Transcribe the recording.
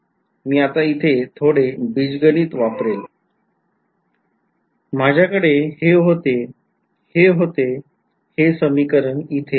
मी आता इथे थोडे बीजगणित वापरले आहे माझ्याकडे हे होते हे होते हे समिकरण इथे